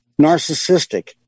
Narcissistic